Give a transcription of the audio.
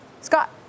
Scott